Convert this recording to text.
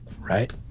right